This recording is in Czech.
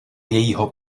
jejího